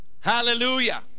Hallelujah